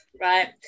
Right